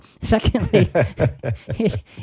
Secondly